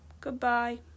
Goodbye